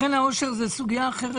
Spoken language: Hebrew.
קרן העושר זו סוגיה אחרת.